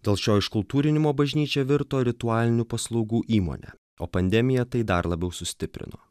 dėl šio iškultūrinimo bažnyčia virto ritualinių paslaugų įmone o pandemija tai dar labiau sustiprino